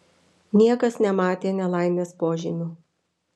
niekas nematė nelaimės požymių